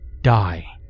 die